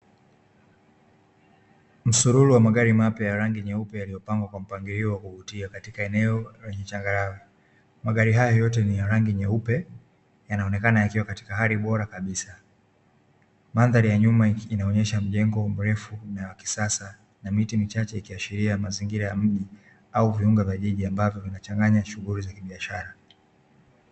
Msururu wa magari mapya ya rangi nyeupe yaliyopangwa kwa mpangilio wa kuvutia katika eneo lenye changarawe. Magari hayo yote ni ya rangi nyeupe, yanaonekana yakiwa katika hali bora kabisa. Mandhari ya nyuma inaonyesha mjengo mrefu na wa kisasa na miti michache ikiashiria mazingira ya mji au viungo vya jiji, ambavyo vinachanganya shughuli za kibiashara.